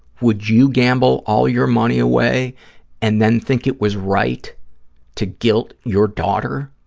would you gamble all your money away and then think it was right to guilt your daughter